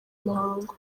muhango